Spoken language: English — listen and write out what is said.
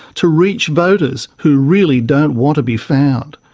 to reach voters who really don't want to be found.